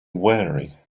wary